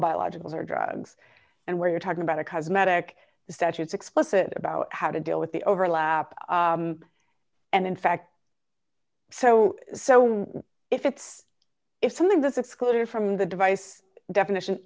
biologicals or drugs and where you're talking about a cosmetic statutes explicit about how to deal with the overlap and in fact so so if it's if something that's excluded from the device definition